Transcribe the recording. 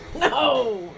No